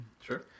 Sure